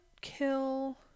kill